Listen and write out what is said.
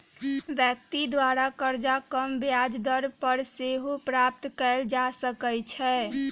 व्यक्ति द्वारा करजा कम ब्याज दर पर सेहो प्राप्त कएल जा सकइ छै